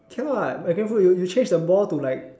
can what but careful you you change the ball to like